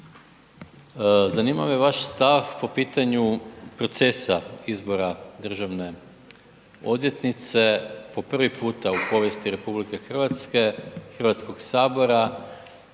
zanima me vaš stav po pitanju procesa izbora državne odvjetnice po prvi puta u povijesti RH, Hrvatskog sabora,